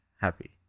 happy